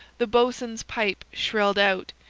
the bo'sun's pipe shrilled out,